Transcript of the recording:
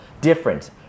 different